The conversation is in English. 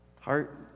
Heart